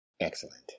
Excellent